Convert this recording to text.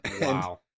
Wow